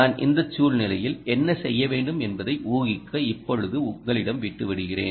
நான் இந்த சூழ்நிலையில் என்ன செய்ய வேண்டும் என்பதை ஊகிக்க இப்போது உங்களிடம் விட்டு விடுகிறேன்